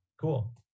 Cool